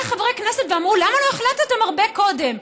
חברי כנסת ואמרו: למה לא החלטתם הרבה קודם?